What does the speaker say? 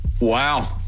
Wow